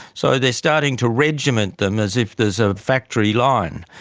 so they're starting to regiment them as if there's a factory line,